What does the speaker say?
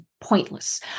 pointless